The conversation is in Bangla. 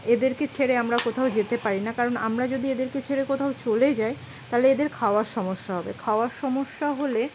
এদেরকে ছেড়ে আমরা কোথাও যেতে পারি না কারণ আমরা যদি এদেরকে ছেড়ে কোথাও চলে যাই তাহলে এদের খাওয়ার সমস্যা হবে খাওয়ার সমস্যা হলে